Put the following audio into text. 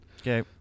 Okay